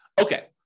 Okay